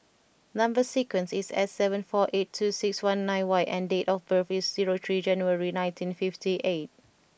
number sequence is S seven four eight two six one nine Y and date of birth is zero three January nineteen fifty eight